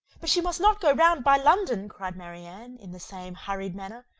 but she must not go round by london, cried marianne, in the same hurried manner.